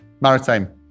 Maritime